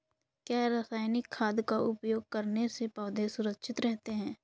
क्या रसायनिक खाद का उपयोग करने से पौधे सुरक्षित रहते हैं?